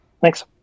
Thanks